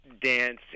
dance